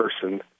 person